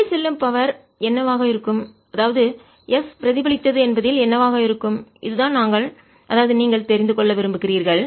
வெளியே செல்லும் பவர் சக்தி என்னவாக இருக்கும்அதாவது S பிரதிபலித்தது என்பதில் என்னவாக இருக்கும் இதுதான் நாங்கள் அதாவது நீங்கள் தெரிந்து கொள்ள விரும்புகிறீர்கள்